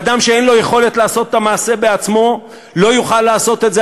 אדם שאין לו יכולת לעשות את המעשה בעצמו לא יוכל לעשות את זה.